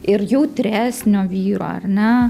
ir jautresnio vyro ar ne